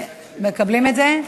מקבלים את זה?